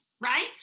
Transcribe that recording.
right